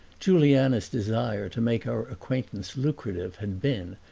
juliana's desire to make our acquaintance lucrative had been,